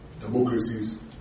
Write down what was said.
democracies